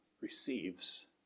receives